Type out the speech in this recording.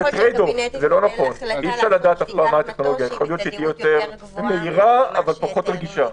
אולי היא תהיה יותר מהירה אך פחות רגישה.